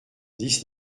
dix